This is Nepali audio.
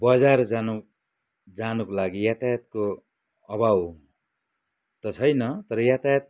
बजार जानु जानुको लागि यातायातको अभाव त छैन तर यातायात